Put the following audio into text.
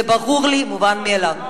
זה ברור לי, מובן מאליו.